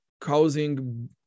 causing